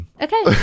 okay